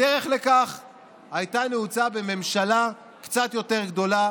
הדרך לכך הייתה נעוצה בממשלה קצת יותר גדולה